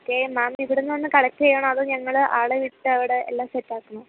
okay ma'am ഇവിടെ നിന്ന് വന്ന് കളക്ട് ചെയ്യണോ അതോ ഞങ്ങൾ ആളെ വിട്ട് അവിടെ എല്ലാം സെറ്റാക്കണോ